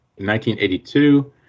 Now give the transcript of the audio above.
1982